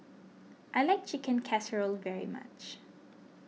I like Chicken Casserole very much